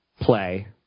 play